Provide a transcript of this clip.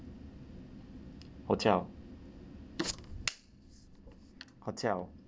hotel hotel